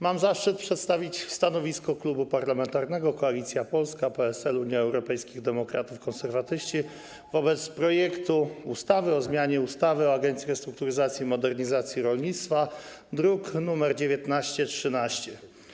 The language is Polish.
Mam zaszczyt przedstawić stanowisko Klubu Parlamentarnego Koalicja Polska - PSL, Unia Europejskich Demokratów, Konserwatyści wobec projektu ustawy o zmianie ustawy o Agencji Restrukturyzacji i Modernizacji Rolnictwa, druk nr 1913.